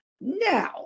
Now